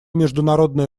международное